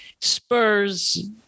Spurs